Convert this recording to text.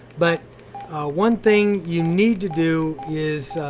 but one thing you need to do is,